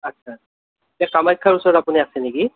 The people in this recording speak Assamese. আচ্ছা এতিয়া কামাখ্যাৰ ওচৰত আপুনি আছে নেকি